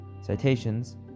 Citations